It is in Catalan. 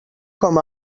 com